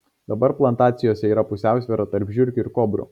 dabar plantacijose yra pusiausvyra tarp žiurkių ir kobrų